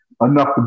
enough